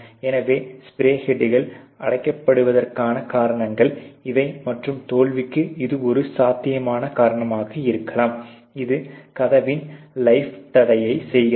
எனவே ஸ்ப்ரே ஹெட்கள் அடைக்கப்படுவதற்கான காரணங்கள் இவை மற்றும் தோல்விக்கு இது ஒரு சாத்தியமான காரணமாக இருக்கலாம் இது கதவின் லைப்பை தடை செய்கிறது